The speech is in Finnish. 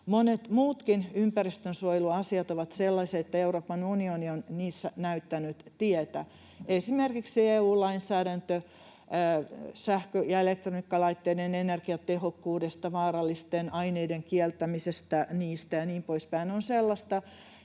Monet muutkin ympäristönsuojeluasiat ovat sellaisia, että Euroopan unioni on niissä näyttänyt tietä, esimerkiksi EU-lainsäädäntö sähkö- ja elektroniikkalaitteiden energiatehokkuudesta, vaarallisten aineiden kieltämisestä niissä ja niin poispäin ovat sellaisia,